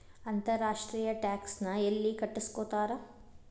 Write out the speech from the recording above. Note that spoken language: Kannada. ಅಂತರ್ ರಾಷ್ಟ್ರೇಯ ಟ್ಯಾಕ್ಸ್ ನ ಯೆಲ್ಲಿ ಕಟ್ಟಸ್ಕೊತಾರ್?